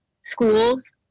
schools